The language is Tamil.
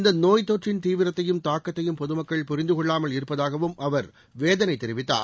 இந்த நோய் தொற்றின் தீவிரத்தையும் தாக்கத்தையும் பொதுமக்கள் புரிந்து கொள்ளாமல் இருப்பதாகவும் அவர் வேதனை தெரிவித்தார்